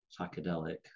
psychedelic